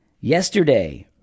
yesterday